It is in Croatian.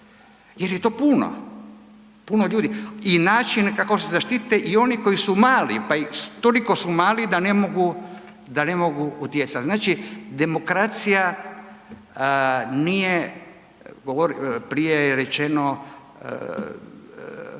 jer je to puno, puno ljudi i načine kako se zaštite i oni koji su mali, pa i toliko su mali da ne mogu, da ne mogu utjecati. Znači, demokracija nije, prije je rečeno